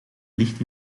ligt